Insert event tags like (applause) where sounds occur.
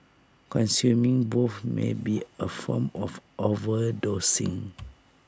consuming both may be A form of overdosing (noise)